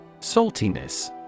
Saltiness